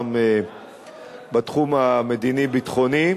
גם בתחום המדיני-ביטחוני.